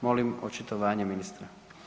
Molim očitovanje ministra.